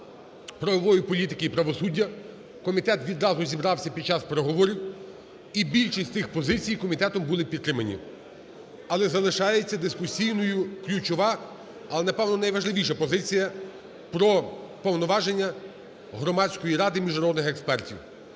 правової політики і правосуддя, комітет відразу зібрався під час переговорів, і більшість цих позицій комітетом були підтримані. Але залишається дискусійною ключова, але, напевно, найважливіша позиція – про повноваження Громадської ради міжнародних експертів.